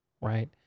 right